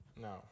No